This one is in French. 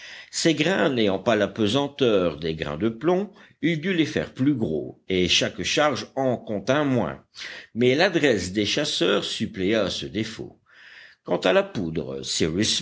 ces grains n'ayant pas la pesanteur des grains de plomb il dut les faire plus gros et chaque charge en contint moins mais l'adresse des chasseurs suppléa à ce défaut quant à la poudre